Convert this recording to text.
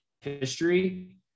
history